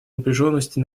напряженности